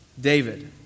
David